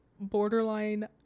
borderline